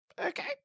Okay